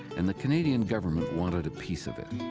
and the canadian government wanted a piece of it.